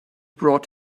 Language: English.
brought